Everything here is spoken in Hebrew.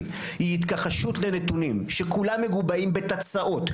הוא התכחשות לנתונים שכולם מגובים בתצ"אות,